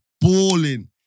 balling